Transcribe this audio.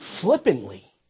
flippantly